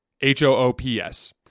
H-O-O-P-S